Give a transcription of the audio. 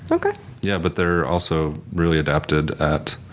but yeah but they're also really adapted at,